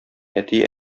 әти